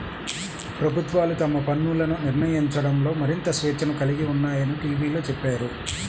ప్రభుత్వాలు తమ పన్నులను నిర్ణయించడంలో మరింత స్వేచ్ఛను కలిగి ఉన్నాయని టీవీలో చెప్పారు